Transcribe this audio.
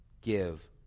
give